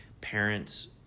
parents